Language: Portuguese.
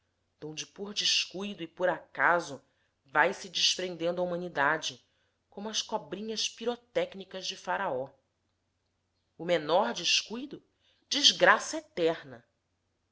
donde por descuido e por acaso vai-se desprendendo a humanidade como as cobrinhas pirotécnicas de faraó o menor descuido desgraça eterna